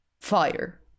fire